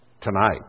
tonight